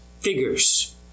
figures